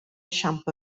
siambr